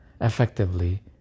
effectively